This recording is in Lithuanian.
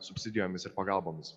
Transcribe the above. subsidijomis ir pagalbomis